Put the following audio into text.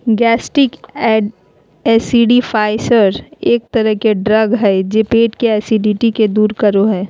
gastric acidifiers एक तरह के ड्रग हय जे पेट के एसिडिटी के दूर करो हय